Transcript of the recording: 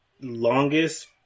longest